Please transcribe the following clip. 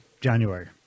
January